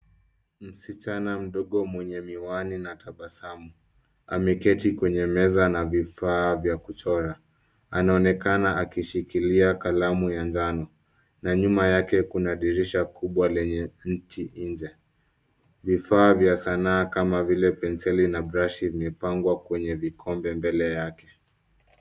Msichana mdogo mwenye miwani na tabasamu, ameketi kwenye meza na vifaa vya kuchora. Anaonekana akishikilia kalamu ya njano na nyuma yake kuna dirisha kubwa lenye mti nje. Vifaa vya sanaa kama vile penseli na brashi zimepangwa kwenye vikombe mbele yake.